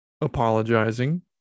apologizing